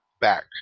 back